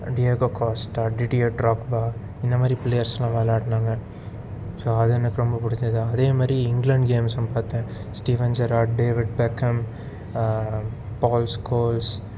ரெட்டியோக்கோ Costa டிடியோ Drogba இந்த மாதிரி பிளேயர்ஸ்லாம் நல்லா விளையாடுனாங்க ஸோ அது எனக்கு ரொம்ப பிடிச்சிது அதே மாரி இங்கிலேண்ட் கேம்ஸும் பார்த்தேன் Steven Gerrard David Beckham Paul Scholz